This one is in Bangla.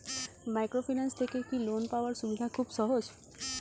মাইক্রোফিন্যান্স থেকে কি লোন পাওয়ার সুবিধা খুব সহজ?